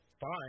fine